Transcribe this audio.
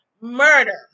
Murder